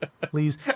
please